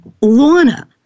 Lorna